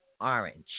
orange